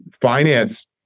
finance